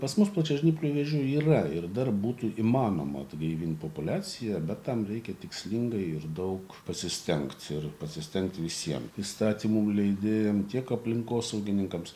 pas mus plačiažnyplių vėžių yra ir dar būtų įmanoma atgaivint populiaciją bet tam reikia tikslingai ir daug pasistengt ir pasistengt visiem įstatymų leidėjam tiek aplinkosaugininkams